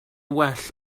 well